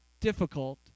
difficult